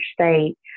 state